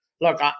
Look